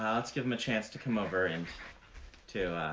let's give them a chance to come over and to